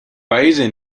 paese